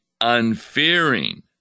unfearing